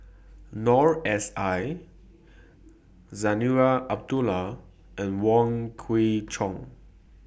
Noor S I Zarinah Abdullah and Wong Kwei Cheong